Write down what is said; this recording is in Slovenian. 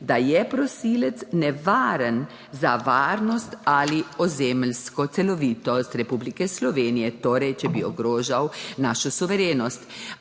da je prosilec nevaren za varnost ali ozemeljsko celovitost Republike Slovenije. Torej, če bi ogrožal našo suverenost